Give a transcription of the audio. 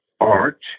art